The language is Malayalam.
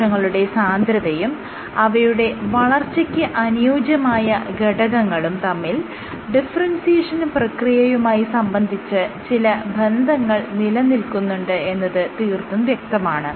കോശങ്ങളുടെ സാന്ദ്രതയും അവയുടെ വളർച്ചയ്ക്ക് അനുയോജ്യമായ ഘടകങ്ങളും തമ്മിൽ ഡിഫറെൻസിയേഷൻ പ്രക്രിയയുമായി സംബന്ധിച്ച് ചില ബന്ധങ്ങൾ നിലനിൽക്കുന്നുണ്ട് എന്നത് തീർത്തും വ്യക്തമാണ്